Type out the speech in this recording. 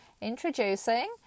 Introducing